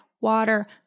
water